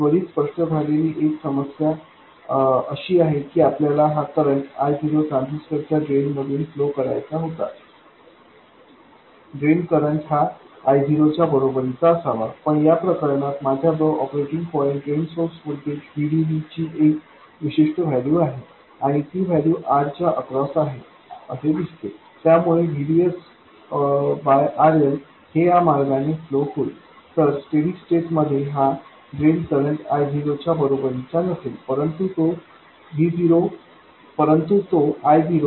त्वरित स्पष्ट झालेली एक समस्या अशी आहे की आपल्याला हा करंट I0 ट्रान्झिस्टर च्या ड्रेन मधून फ्लो करायचा होता ड्रेन करंट हा I0 च्या बरोबरीचा असावा पण या प्रकरणात माझ्याजवळ operating point drain source voltage VDS ची एक विशिष्ट व्हॅल्यू आहे आणि ती व्हॅल्यू R च्या अक्रॉस आहे असे दिसतेत्यामुळे VDS RL हे या मार्गाने फ्लो होईल तर स्टेडी स्टेट मध्ये हा ड्रेन करंट I0 च्या बरोबरीचा नसेल परंतु तो I0 VDS RL असेल